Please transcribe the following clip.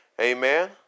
amen